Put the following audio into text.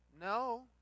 no